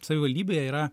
savivaldybėje yra